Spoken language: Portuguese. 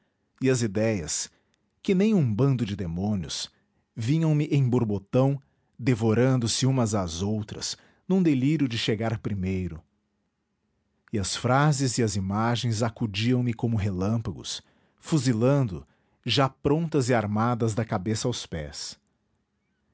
e as idéias que nem um bando de demônios vinham me em borbotão devorando se umas às outras num delírio de chegar primeiro e as frases e as imagens acudiam me como relâmpagos fuzilando já prontas e armadas da cabeça aos pés